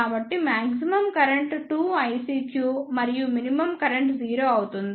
కాబట్టి maximum current 2ICQ మరియు minimum current 0 అవుతుంది